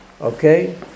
Okay